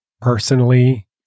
personally